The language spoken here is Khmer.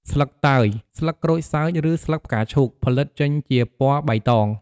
ស្លឹកតើយ ស្លឹកក្រូចសើចឬស្លឹកផ្កាឈូក ផលិតចេញជាពណ៌បៃតង។